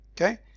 okay